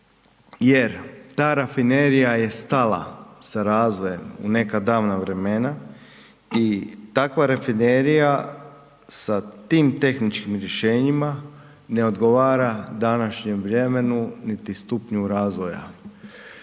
jer ta rafinerija je stala sa razvoja u neka davna vremena i takva rafinerija sa tim tehničkim rješenjima, ne odgovara današnjem vremenu niti stupnju razvoja.